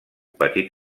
petit